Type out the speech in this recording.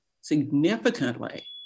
significantly